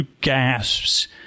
gasps